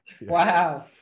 Wow